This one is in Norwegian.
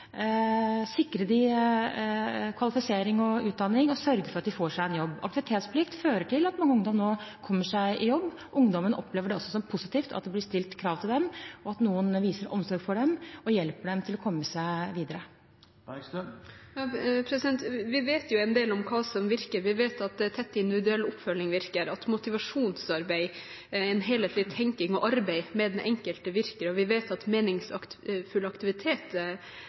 sikre dem kvalifisering og utdanning og sørge for at de får seg en jobb. Aktivitetsplikt fører til at noen ungdommer nå kommer seg i jobb. Ungdommene opplever det også som positivt at det blir stilt krav til dem, og at noen viser omsorg for dem og hjelper dem til å komme seg videre. Vi vet en del om hva som virker. Vi vet at tett individuell oppfølging virker, at motivasjonsarbeid, en helhetlig tenkning og arbeid med den enkelte virker, og vi vet at meningsfull aktivitet